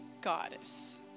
goddess